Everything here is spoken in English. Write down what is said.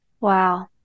Wow